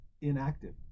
inactive